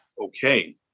okay